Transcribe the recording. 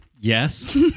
Yes